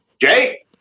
Jay